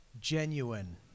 genuine